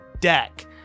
deck